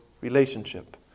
relationship